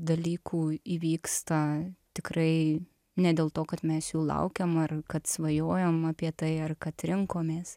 dalykų įvyksta tikrai ne dėl to kad mes jų laukiam ar kad svajojam apie tai ar kad rinkomės